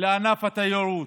לענף התיירות,